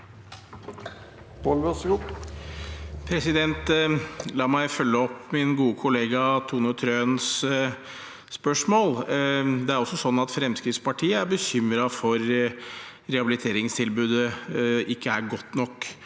La meg følge opp min gode kollega Tone Trøens spørsmål. Det er også sånn at Fremskrittspartiet er bekymret for at rehabiliteringstilbudet ikke er godt nok,